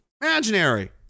imaginary